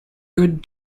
good